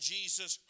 Jesus